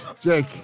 Jake